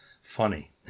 funny